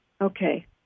Okay